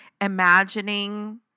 imagining